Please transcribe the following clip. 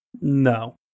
No